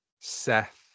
Seth